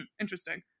interesting